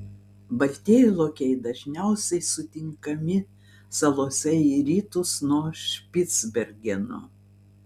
baltieji lokiai dažniausiai sutinkami salose į rytus nuo špicbergeno